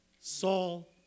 Saul